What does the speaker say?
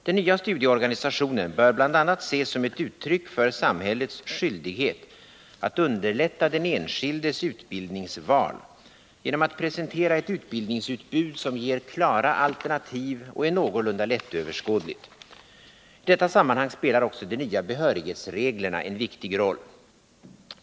Den nya studieorganisationen bör bl.a. ses som ett uttryck för samhällets skyldighet att underlätta den enskildes utbildningsval genom att presentera ett utbildningsutbud som ger klara alternativ och är någorlunda lättöverskådligt. I detta sammanhang spelar också de nya behörighetsreglerna en viktig roll.